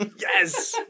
Yes